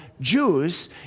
Jews